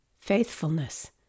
Faithfulness